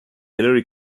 hillary